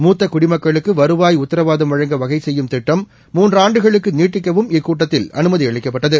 மூத்த குடிமக்களுக்கு வருவாய் உத்தரவாதம் வழங்க வகை செய்யும் திட்டம் மூன்று ஆண்டுகளுக்கு நீட்டிக்கவும் இக்கூட்டத்தில் அனுமதி அளிக்கப்பட்டது